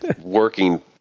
working